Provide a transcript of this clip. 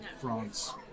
France